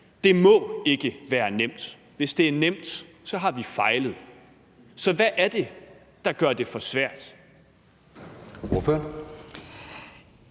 Det må ikke være nemt. Hvis det er nemt, har vi fejlet. Så hvad er det, der gør det for svært?